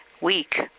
week